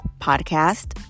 podcast